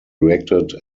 erected